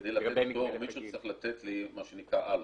כדי לתת פטור מישהו צריך לתת לי מה שנקרא ALoS,